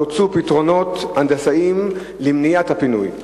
אף שהוצעו פתרונות הנדסיים למניעת הפינוי.